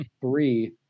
three